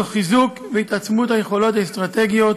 תוך חיזוק והתעצמות היכולות האסטרטגיות